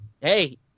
hey